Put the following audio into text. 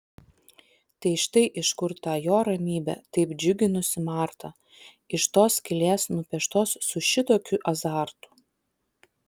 tai štai iš kur ta jo ramybė taip džiuginusi martą iš tos skylės nupieštos su šitokiu azartu